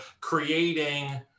creating